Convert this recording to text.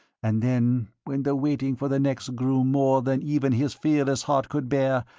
and then, when the waiting for the next grew more than even his fearless heart could bear,